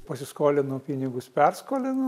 pasiskolino pinigus perskolino